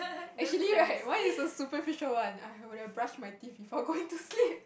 actually right why you so superficial one I would have brushed my teeth before going to sleep